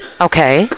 Okay